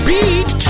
Beat